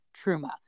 Truma